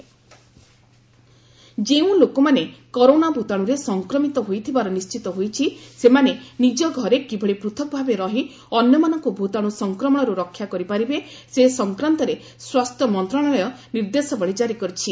health ministry advisory ଯେଉଁ ଲୋକମାନେ corona ଭୂତାଶୁରେ ସଂକ୍ରମିତ ହୋଇଥିବାର ନିଶ୍ଚିତ ହୋଇଛି ସେମାନେ ନିଜ ଘରେ କିଭଳି ପୃଥକ ଭାବେ ରହି ଅନ୍ୟମାନଙ୍କୁ ଭୂତାଣୁ ସଂକ୍ରମଣରୁ ରକ୍ଷା କରିପାରିବେ ସେ ସଂକ୍ରାନ୍ତରେ ସ୍ୱାସ୍ଥ୍ୟ ମନ୍ତ୍ରଣାଳୟ ନିର୍ଦ୍ଦେଶାବଳୀ କାରି କରିଛି